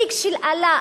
התיק של עלאא,